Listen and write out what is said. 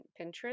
Pinterest